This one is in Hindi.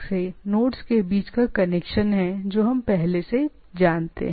तो नोड्स और एरर्स या कम्युनिकेशन नेटवर्क से नोड्स के बीच का कनेक्शन है जो हम पहले से जानते हैं